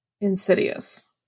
Insidious